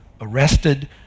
arrested